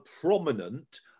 prominent